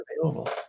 available